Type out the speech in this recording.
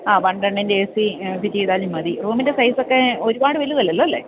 ആ വൺ ടണ്ണിൻ്റെ A C fit ചെയ്താലും മതി റൂമിൻ്റെ സൈസൊക്കെ ഒരുപാട് വലുതല്ലല്ലോ അല്ലേ